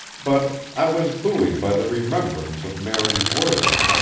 but i was buoyed by the remembrance of mary's words.